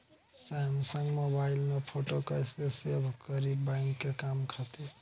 Samsung mobile में photo कैसे save करीं बैंक के काम खातिर?